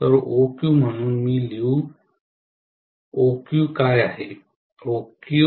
तर OQ म्हणून मी लिहू OQकाय आहे